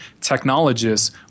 technologists